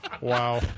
Wow